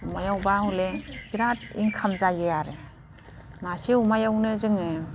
अमायावबा हले बिराद इनकाम जायो आरो मासे अमायावनो जोङो